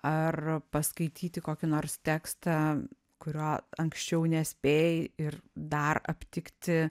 ar paskaityti kokį nors tekstą kurio anksčiau nespėjai ir dar aptikti